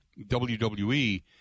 WWE